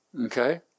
Okay